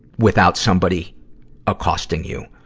without somebody accosting you.